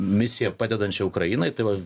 misija padedančią ukrainai tai va